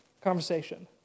conversation